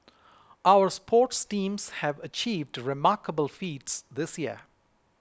our sports teams have achieved remarkable feats this year